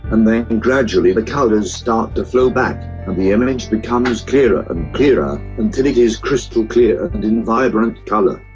and then gradually the colours start to flow back and the image becomes clearer and clearer, until it is crystal clear and in vibrant colour.